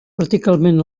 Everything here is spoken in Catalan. verticalment